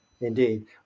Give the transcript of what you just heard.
indeed